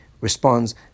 responds